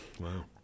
Wow